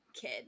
kid